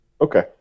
Okay